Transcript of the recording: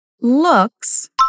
looks